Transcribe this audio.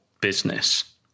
business